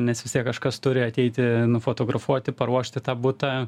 nes vis tiek kažkas turi ateiti nufotografuoti paruošti tą butą